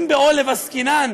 אם בעולב עסקינן,